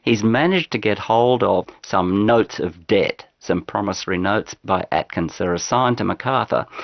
he's managed to get hold of some notes of debt, some promissory notes by atkins that are assigned to macarthur.